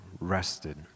rested